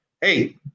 Hey